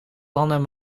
landen